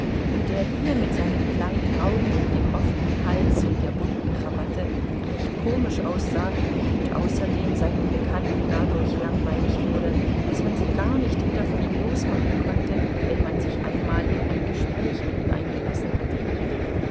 und der hier mit seinen kleinen augen und dem offenen hals und der bunten krawatte recht komisch aussah und außerdem seinen bekannten dadurch langweilig wurde daß man sich gar nicht wieder von ihm losmachen konnte wenn man sich einmal in ein gespräch mit ihm eingelassen hatte